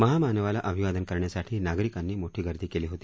महामानावाला अभिवादन करण्यासाठी नागरिकांनी मोठी गर्दी केली होती